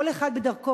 כל אחד בדרכו,